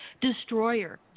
Destroyer